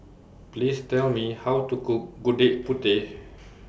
Please Tell Me How to Cook Gudeg Putih